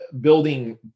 building